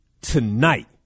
tonight